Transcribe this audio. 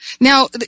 Now